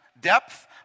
depth